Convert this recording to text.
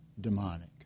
demonic